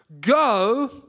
Go